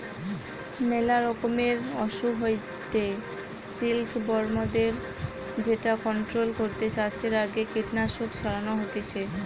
মেলা রকমের অসুখ হইতে সিল্কবরমদের যেটা কন্ট্রোল করতে চাষের আগে কীটনাশক ছড়ানো হতিছে